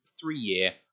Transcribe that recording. three-year